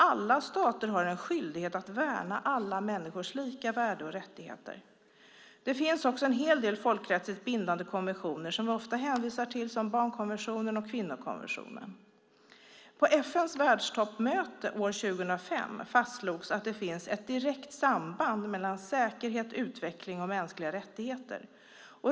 Alla stater har en skyldighet att värna alla människors lika värde och rättigheter. Det finns också en hel del folkrättsligt bindande konventioner som vi ofta hänvisar till, som barnkonventionen och kvinnokonventionen. På FN:s världstoppmöte år 2005 fastslogs att det finns ett direkt samband mellan säkerhet, utveckling och mänskliga rättigheter.